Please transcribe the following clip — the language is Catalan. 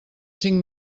cinc